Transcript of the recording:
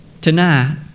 Tonight